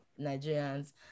nigerians